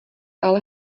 ale